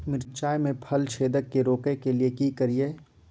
मिर्चाय मे फल छेदक के रोकय के लिये की करियै?